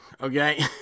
Okay